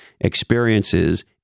experiences